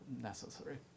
necessary